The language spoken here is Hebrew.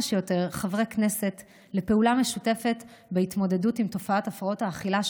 שיותר חברי כנסת לפעולה משותפת בהתמודדות עם תופעת הפרעות האכילה,